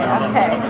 okay